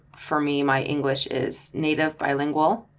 for me, my english is native bilingual.